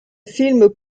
film